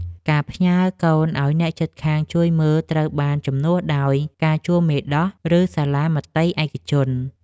ការផ្ញើកូនឱ្យអ្នកជិតខាងជួយមើលត្រូវបានជំនួសដោយការជួលមេដោះ ឬសាលាមត្តេយ្យឯកជន។